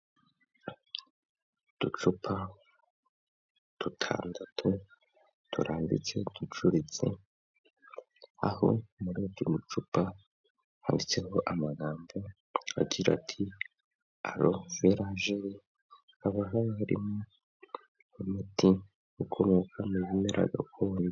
Uducupa dutandatu turambitse ducutse aho muri utu ducupa hatseho amagambo agira ati arowe vera jeri, haba harimo umuti ukomoka mu bimera gakondo.